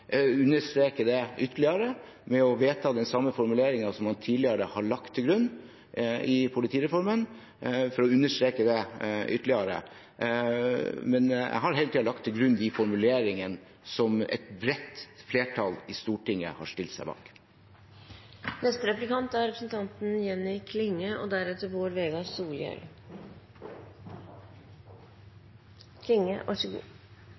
det ytterligere ved å vedta den samme formuleringen som man tidligere har lagt til grunn i politireformen, for å understreke det ytterligere. Men jeg har hele tiden lagt til grunn de formuleringene som et bredt flertall i Stortinget har stilt seg bak.